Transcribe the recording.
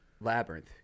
labyrinth